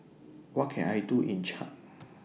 What Can I Do in Chad